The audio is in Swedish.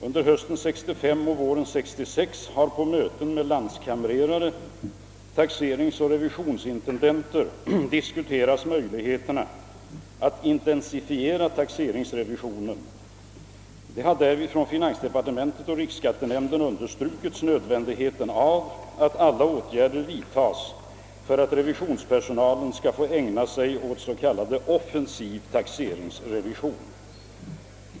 Under hösten 1965 och våren 1966 har på möten med landskamrerare samt taxeringsoch revisionsintendenter diskuterats möjligheterna att intensifiera taxeringsrevisionen. Det har därvid från finansdepartementet och riksskattenämnden <understrukits nödvändigheten av att alla åtgärder vidtas för att revisionspersonalen skall få ägna sig åt s.k. offensiv taxeringsrevision.